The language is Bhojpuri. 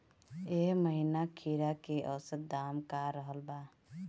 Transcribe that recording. एह महीना खीरा के औसत दाम का रहल बा?